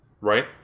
right